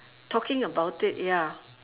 talking about it ya